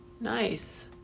Nice